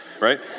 right